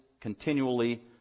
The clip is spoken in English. continually